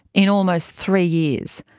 in almost three years.